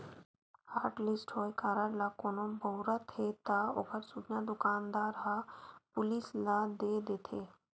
hotlist होए card ल कोनो बउरत हे त ओखर सूचना दुकानदार ह पुलिस ल दे देथे